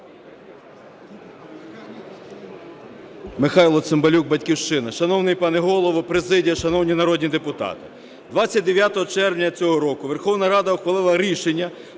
Михайло Цимбалюк, "Батьківщина". Шановний пане Голово, президія! Шановні народні депутати! 29 червня цього року Верховна Рада ухвалила рішення